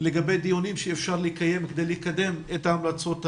לגבי דיונים שאפשר לקיים כדי לקדם את ההמלצות הללו.